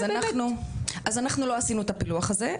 אז אנחנו לא עשינו את הפילוח הזה,